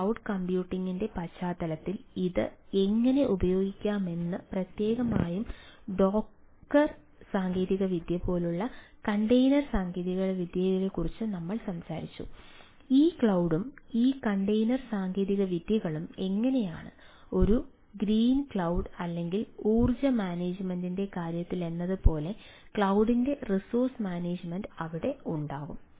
cloud കമ്പ്യൂട്ടിംഗിന്റെ പശ്ചാത്തലത്തിൽ ഇത് എങ്ങനെ ഉപയോഗിക്കാമെന്ന് പ്രത്യേകമായി ഡോക്കർ സാങ്കേതികവിദ്യയെക്കുറിച്ച് നമ്മൾ സംസാരിച്ചു ഈ ക്ലൌഡും ഈ കണ്ടെയ്നർ സാങ്കേതികവിദ്യകളും എങ്ങനെയാണ് ഈ ഗ്രീൻ ക്ലൌഡ് അല്ലെങ്കിൽ ഊർജ്ജ മാനേജുമെന്റിന്റെ കാര്യത്തിലെന്നപോലെ ക്ലൌഡിന്റെ റിസോഴ്സ് മാനേജുമെന്റ് അവിടെ ഉണ്ടാകും